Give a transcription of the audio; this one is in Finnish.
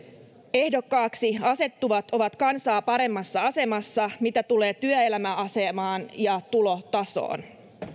ehdokkaaksi asettuvat ovat kansaa paremmassa asemassa mitä tulee työelämäasemaan ja tulotasoon anteeksi